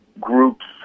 groups